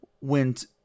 went